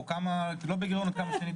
או כמה לא בגירעון וכמה כן?